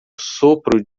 sopro